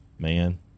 man